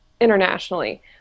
internationally